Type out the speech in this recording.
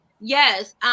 yes